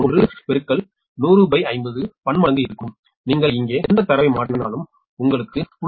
110050 பன்மடங்கு இருக்கும் நீங்கள் இங்கே எந்த தரவை மாற்றினாலும் உங்களுக்கு 0